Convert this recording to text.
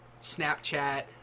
Snapchat